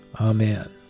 Amen